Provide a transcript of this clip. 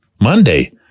Monday